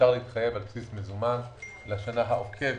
אפשר להתחייב על בסיס מזומן בשנה העוקבת,